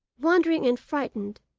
wondering and frightened,